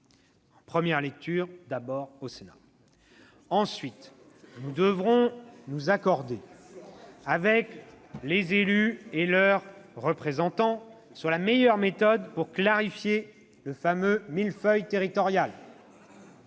normal, c'est la Constitution !« Ensuite, nous devrons nous accorder avec les élus et leurs représentants sur la meilleure méthode pour clarifier le fameux " millefeuille territorial